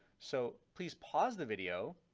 so please pause the video,